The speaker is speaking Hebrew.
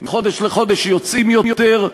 מחודש לחודש יוצאים יותר,